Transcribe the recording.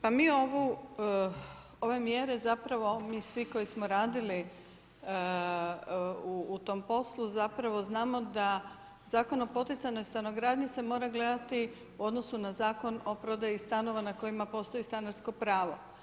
Pa mi ove mjere mi svi koji smo radili u tom poslu znamo da Zakon o poticajnoj stanogradnji se mora gledati u odnosu na Zakon o prodaji stanova na kojima postoji stanarsko pravo.